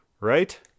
Right